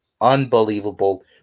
unbelievable